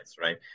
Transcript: Right